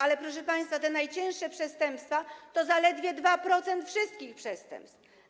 Ale, proszę państwa, te najcięższe przestępstwa to zaledwie 2% wszystkich przestępstw.